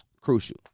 crucial